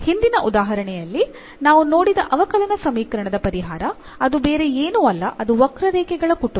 ಹಿಂದಿನ ಉದಾಹರಣೆಯಲ್ಲಿ ನಾವು ನೋಡಿದ ಅವಕಲನ ಸಮೀಕರಣದ ಪರಿಹಾರ ಅದು ಬೇರೆ ಏನೂ ಅಲ್ಲ ಅದು ವಕ್ರರೇಖೆಗಳ ಕುಟುಂಬ